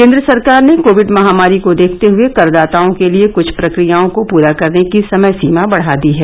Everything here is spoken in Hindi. केन्द्र सरकार ने कोविड महामारी को देखते हुए करदाताओं के लिए कुछ प्रक्रियाओं को पूरा करने की समय सीमा बढ़ा दी है